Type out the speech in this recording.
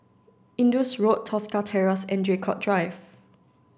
Indus Road Tosca Terrace and Draycott Drive